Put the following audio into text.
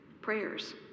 prayers